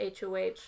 hoh